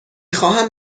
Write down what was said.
خواهم